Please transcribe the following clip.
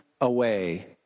away